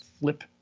flip